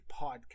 podcast